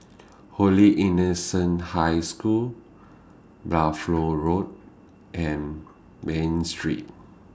Holy Innocents' High School Buffalo Road and Bain Street